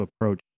approach